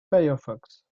firefox